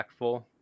impactful